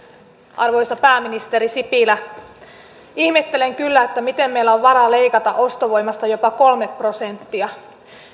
arvoisa pääministeri sipilä ihmettelen kyllä miten meillä on varaa leikata ostovoimasta jopa kolme prosenttia